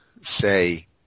say